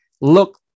Look